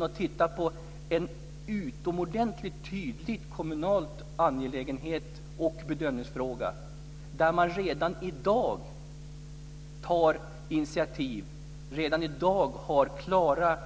Vi kan titta på en utomordentligt tydlig kommunal angelägenhet och bedömningsfråga där man redan i dag tar initiativ och har klara